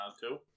two